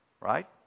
right